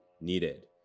needed